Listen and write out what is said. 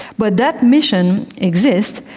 but that mission exists,